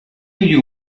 you